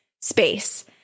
space